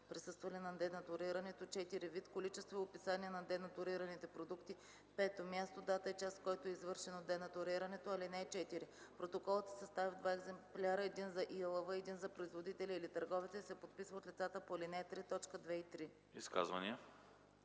присъствали на денатурирането; 4. вид, количество и описание на денатурираните продукти; 5. място, дата и час, в който е извършено денатурирането. (4) Протоколът се съставя в два екземпляра – един за ИАЛВ и един за производителя или търговеца и се подписва лицата по ал. 3, т. 2 и 3.”